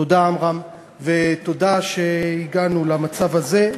תודה עמרם, ותודה שהגענו למצב הזה.